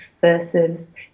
versus